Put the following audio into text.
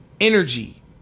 energy